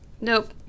nope